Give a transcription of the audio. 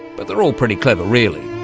but they're all pretty clever really.